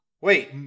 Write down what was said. Wait